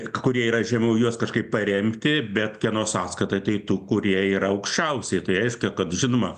kurie yra žemiau juos kažkaip paremti bet kieno sąskaita tai tų kurie yra aukščiausiai tai reiškia kad žinoma